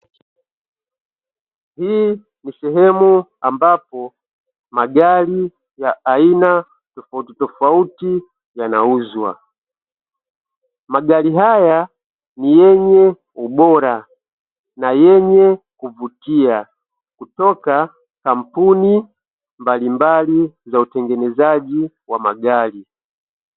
Hii ni sehemu ambapo magari ya aina tofautitofauti yanauzwa. Magari haya ni yenye ubora na yenye kuvutia kutoka kampuni mbalimbali za utengenezaji wa magari.